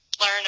learn